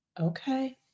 okay